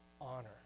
honor